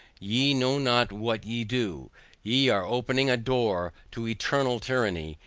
ye know not what ye do ye are opening a door to eternal tyranny,